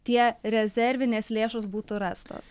tie rezervinės lėšos būtų rastos